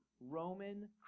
Roman